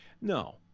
No